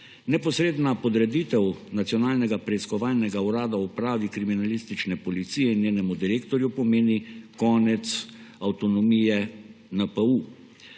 Neposredna podreditev Nacionalnega preiskovalnega urada Upravi kriminalistične policije in njenemu direktorju pomeni konec avtonomije NPU.